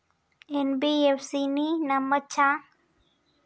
NBFC ని నమ్మచ్చా?